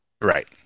Right